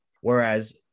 Whereas